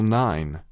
nine